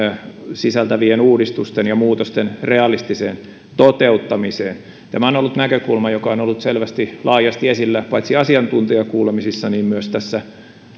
sisältyvien uudistusten ja muutosten realistiseen toteuttamiseen tämä on ollut näkökulma joka on ollut selvästi laajasti esillä paitsi asiantuntijakuulemisissa myös tässä